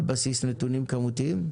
על בסיס נתונים כמותיים?